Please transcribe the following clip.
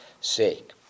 sake